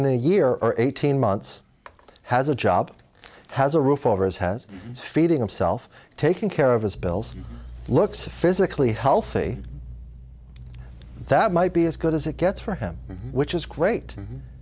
in a year or eighteen months has a job has a roof over his has feeding themself taking care of his bills looks physically healthy that might be as good as it gets for him which is great